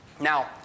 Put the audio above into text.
Now